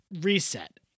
reset